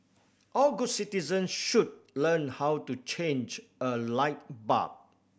all good citizens should learn how to change a light bulb